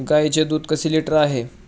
गाईचे दूध कसे लिटर आहे?